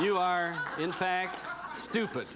you are in fact stupid